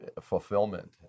fulfillment